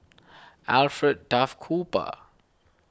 Alfred Duff Cooper